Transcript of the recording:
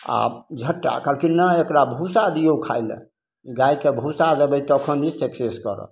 आओर झट्टा कहलखिन नहि एकरा भुसा दियौ खाइ लए गायके भुसा देबय तखने सक्सेस करत